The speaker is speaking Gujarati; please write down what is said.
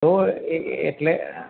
તો એટલે